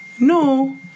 No